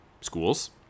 schools